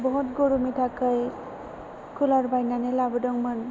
बुहुत गरमनि थाखाय कुलार बायनानै लाबोदोंमोन